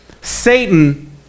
Satan